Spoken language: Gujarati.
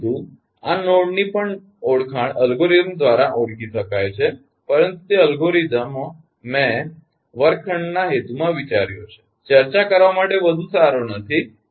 પરંતુ આ નોડની પણ ઓળખાણ અલ્ગોરિધમ દ્વારા ઓળખી શકાય છે પરંતુ તે અલ્ગોરિધમનો મેં વર્ગખંડના હેતુમાં વિચાર્યો છે ચર્ચા કરવા માટે વધુ સારો નથી